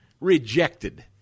rejected